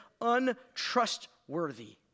untrustworthy